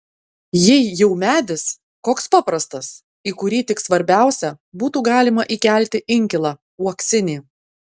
jei jau medis koks paprastas į kurį tik svarbiausia būtų galima įkelti inkilą uoksinį